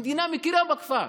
המדינה כבר מכירה בכפר,